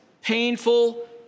painful